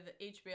HBO